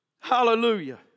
hallelujah